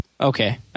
okay